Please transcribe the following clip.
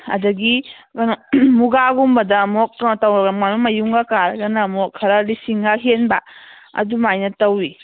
ꯑꯗꯒꯤ ꯀꯩꯅꯣ ꯃꯨꯒꯥꯒꯨꯝꯕꯗ ꯑꯃꯨꯛ ꯀꯩꯅꯣ ꯇꯧꯔꯒ ꯃꯥꯅ ꯃꯌꯨꯡꯒ ꯀꯥꯔꯒꯅ ꯑꯃꯨꯛ ꯈꯔ ꯂꯤꯁꯤꯡꯒ ꯍꯦꯟꯕ ꯑꯗꯨꯃꯥꯏꯅ ꯇꯧꯋꯤ